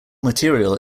material